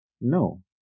No